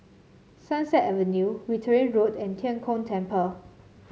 Sunset Avenue Wittering Road and Tian Kong Temple